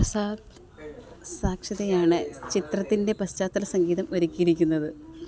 പ്രസാദ് സാക്ഷ്തെയാണ് ചിത്രത്തിൻ്റെ പശ്ചാത്തലസംഗീതം ഒരുക്കിയിരിക്കുന്നത്